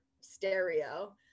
stereo